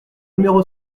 numéro